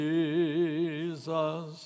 Jesus